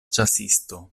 ĉasisto